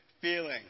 feeling